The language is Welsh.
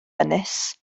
ynys